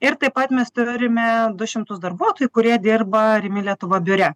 ir taip pat mes turime du šimtus darbuotojų kurie dirba rimi lietuva biure